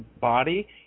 body